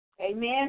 Amen